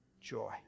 joy